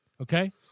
okay